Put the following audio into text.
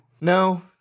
No